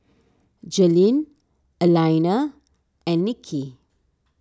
Jalyn Alaina and Nicki